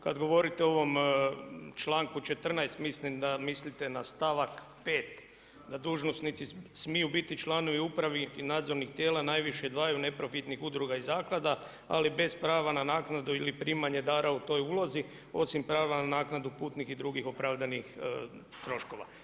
Kad govorite o ovom članku 14. mislim da mislite na stavak 5. da dužnosnici smiju biti članovi upravnih i nadzornih tijela najviše dvaju neprofitnih udruga i zaklada, ali bez prava na naknadu ili primanje dara u toj ulozi osim prava na naknadu putnih i drugih opravdanih troškova.